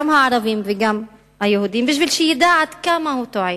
גם הערבים וגם היהודים, כדי לדעת עד כמה הוא טועה.